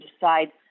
decide